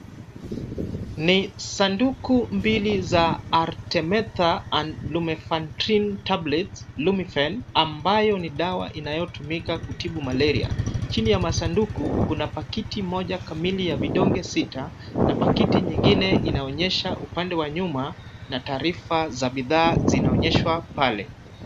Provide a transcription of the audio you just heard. Ni sanduku mbili za Artemetha and Lumefantrine tablets, Lumifen, ambayo ni dawa inayotumika kutibu Malaria. Chini ya masanduku kuna pakiti moja kamili ya vidonge sita na pakiti nyingine inaonyesha upande wa nyuma na taarifa za bidhaa zinaonyeshwa pale.